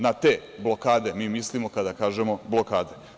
Na te blokade mi mislimo kada kažemo blokade.